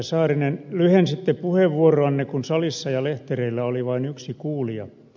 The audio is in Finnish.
saarinen lyhensitte puheenvuoroanne kun salissa ja lehtereillä oli vain yksi kuulija